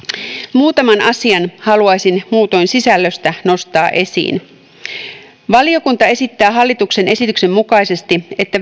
muutaman asian haluaisin muutoin nostaa sisällöstä esiin valiokunta esittää hallituksen esityksen mukaisesti että